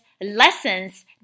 lessons